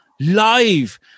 live